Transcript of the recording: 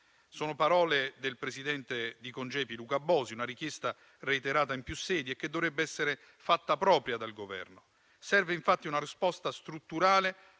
Sono parole del Presidente di Congepi, Luca Bosi, una richiesta reiterata in più sedi e che dovrebbe essere fatta propria dal Governo. Serve, infatti, una risposta strutturale